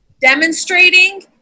demonstrating